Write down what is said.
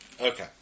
Okay